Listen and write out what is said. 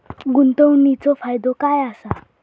गुंतवणीचो फायदो काय असा?